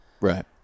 Right